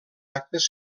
actes